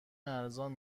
ارزان